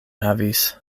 havis